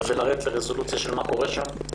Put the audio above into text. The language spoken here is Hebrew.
לרדת לרזולוציה על מה קורה שם,